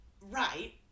Right